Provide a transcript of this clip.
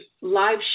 live